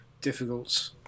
difficult